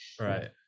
Right